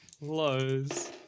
Lows